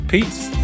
Peace